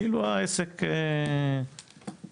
כאילו העסק נוסע,